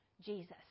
Jesus